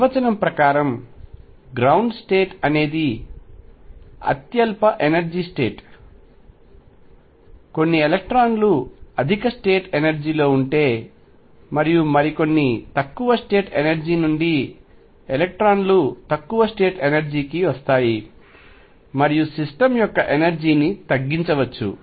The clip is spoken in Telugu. నిర్వచనం ప్రకారం గ్రౌండ్ స్టేట్ అనేది అత్యల్ప ఎనర్జీ స్టేట్ కొన్ని ఎలక్ట్రాన్లు అధిక స్టేట్ ఎనర్జీ లో ఉంటే మరియు మరికొన్ని తక్కువ స్టేట్ ఎనర్జీ నుండి ఎలక్ట్రాన్లు తక్కువ స్టేట్ ఎనర్జీ కి వస్తాయి మరియు సిస్టమ్ యొక్క ఎనర్జీ ని తగ్గించవచ్చు